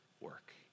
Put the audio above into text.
work